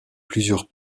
plusieurs